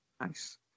nice